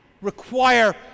require